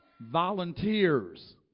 Volunteers